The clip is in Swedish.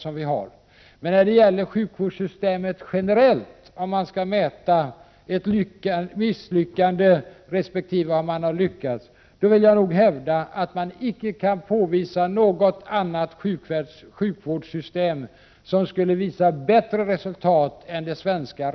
När det däremot gäller att mäta om sjukvårdssystemet generellt har misslyckats resp. lyckats vill jag nog hävda att man icke kan påvisa något annat sjukvårdssystem som ger bättre resultat än det svenska.